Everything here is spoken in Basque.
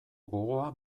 gogoa